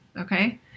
okay